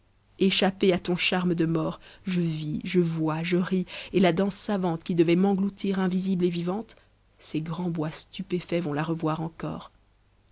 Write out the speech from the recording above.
echappée à ton charme de mort je vis je vois je ris et la danse savante qui devait m'engloutir invisible et vivante ces g mds bois stupéfaits vont la revoir encor